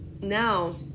now